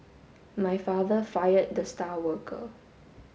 my father fired the star worker